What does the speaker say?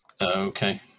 Okay